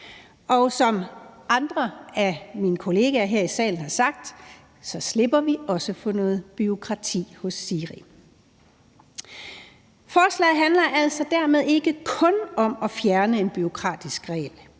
og som andre af mine kollegaer her i salen har sagt, slipper vi også for noget bureaukrati hos SIRI. Forslaget handler altså dermed ikke kun om at fjerne en bureaukratisk regel;